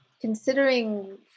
considering